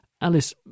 Alice